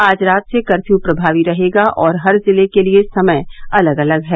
आज रात से कर्फ्यू प्रभावी रहेगा और हर जिले के लिए समय अलग अलग है